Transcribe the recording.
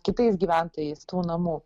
kitais gyventojais tų namų